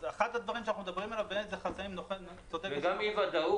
אחד הדברים שאנחנו מדברים עליו זה יחסי סוכן --- זה גם אי וודאות